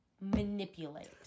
manipulate